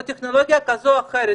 או טכנולוגיה כזו או אחרת,